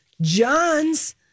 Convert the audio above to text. John's